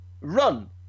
run